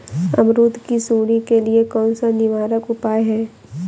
अमरूद की सुंडी के लिए कौन सा निवारक उपाय है?